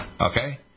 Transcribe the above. Okay